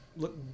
look